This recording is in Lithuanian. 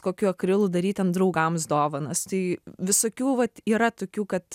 kokiu akrilu daryt ten draugams dovanas tai visokių vat yra tokių kad